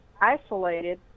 isolated